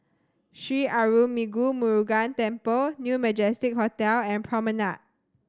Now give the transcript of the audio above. Sri Arulmigu Murugan Temple New Majestic Hotel and Promenade